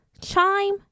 Chime